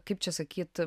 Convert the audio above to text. kaip čia sakyt